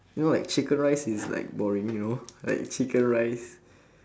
you know like chicken rice is like boring you know like chicken rice